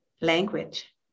language